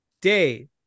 Day